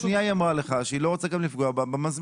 השנייה היא אמרה לך שהיא לא רוצה גם לפגוע במזמין.